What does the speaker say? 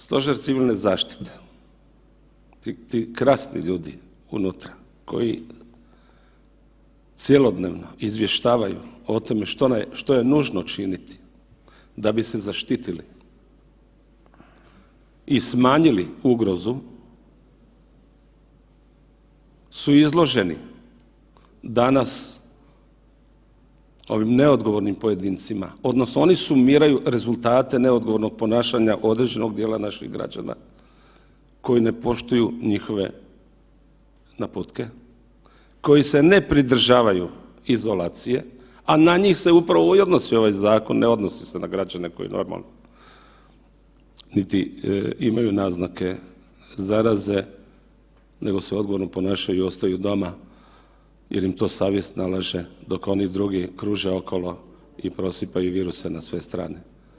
Stožer civilne zaštite, ti krasni ljudi unutra koji cjelodnevno izvještavaju o tome što je nužno činiti da bi se zaštitili i smanjili ugrozu su izloženi danas ovim neodgovornim pojedincima, odnosno oni sumiraju rezultate neodgovornog ponašanja određenog dijela naših građana koji ne poštuju njihove naputke koji se ne pridržavaju izolacije, a na njih se upravo i odnosi ovaj zakon, ne odnosi se na građane koji normalno niti imaju naznake zaraze nego se odgovorno ponašaju jer ostaju doma jer im to savjest nalaže, dok oni drugi kruže okolo i prosipaju viruse na sve strane.